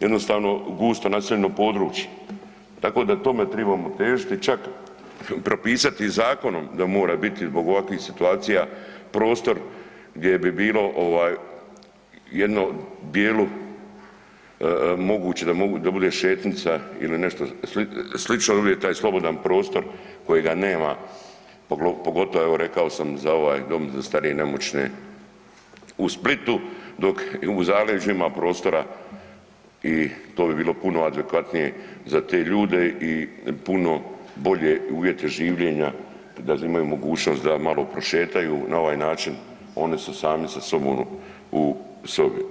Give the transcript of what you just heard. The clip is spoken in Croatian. jednostavno gusto naseljeno područje, tako da tome tribamo težiti, čak propisati zakonom da mora biti zbog ovakvih situacija prostor gdje bi bilo u jednom … moguće da bude šetnjica ili nešto slično … taj slobodan prostor kojega nema, pogotovo evo rekao sam ovaj dom za starije i nemoćne u Splitu dok u Zaleđu ima prostora i to bi bilo puno adekvatnije za te ljude i puno bolje uvjete življenja da imaju mogućnost da malo prošetaju na ovaj način oni su sami sa sobom u sobi.